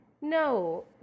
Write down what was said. No